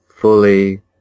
fully